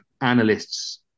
analysts